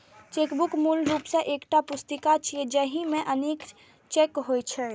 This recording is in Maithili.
चेकबुक मूल रूप सं एकटा पुस्तिका छियै, जाहि मे अनेक चेक होइ छै